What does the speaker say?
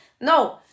No